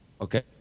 Okay